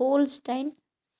Holstein